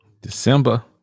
december